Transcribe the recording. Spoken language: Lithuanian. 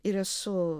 ir esu